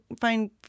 find